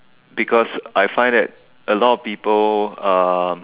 because I find that a lot of people um